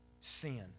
sin